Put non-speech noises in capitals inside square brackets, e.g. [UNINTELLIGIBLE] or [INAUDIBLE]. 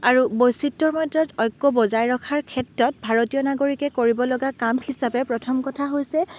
আৰু বৈচিত্ৰৰ [UNINTELLIGIBLE] ঐক্য বজাই ৰখাৰ ক্ষেত্ৰত ভাৰতীয় নাগৰিকে কৰিবলগা কাম হিচাপে প্ৰথম কথা হৈছে